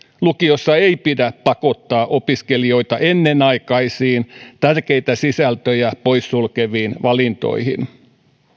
lukiossa ei pidä pakottaa opiskelijoita ennenaikaisiin tärkeitä sisältöjä poissulkeviin valintoihin